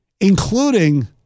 including –